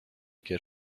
get